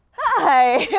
hi.